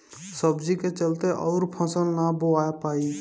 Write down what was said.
सब्जी के चलते अउर फसल नाइ बोवा पाई